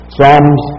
Psalms